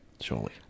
Surely